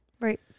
Right